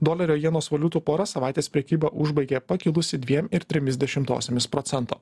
dolerio jenos valiutų pora savaitės prekybą užbaigė pakilusi dviem ir trimis dešimtosiomis procento